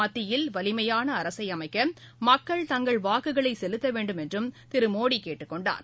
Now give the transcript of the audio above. மத்தியில் வலிமையாள அரசை அமைக்க மக்கள் தங்கள் வாக்குகளை செலுத்த வேண்டும் என்றும் திரு மோடி கேட்டுக்கொண்டார்